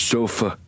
Sofa